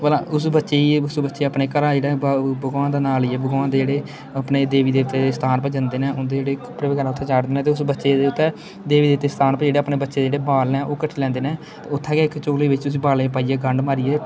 भला उस बच्चे गी एह् उस बच्चे गी अपने घरा जेह्ड़ा भग भगवान दा नांऽ लिये भगवान दे जेह्ड़े अपने देबी देबते दे स्थान पर जंदे न उं'दे जेह्ड़े रुट्ट बगैरा उत्थै चाढ़दे न ते उस बच्चे दे उत्थै देबी देबते दे स्थान उप्पर जेह्ड़े अपने बच्चे दे जेह्ड़े बाल न ओह् कट्टी लैंदे न ते उत्थै गै इक झोले बिच्च उस्सी बालें गी पाइयै गंड मारियै